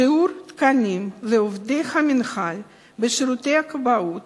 שיעור התקנים לעובדי המינהל בשירותי הכבאות